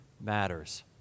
matters